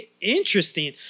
interesting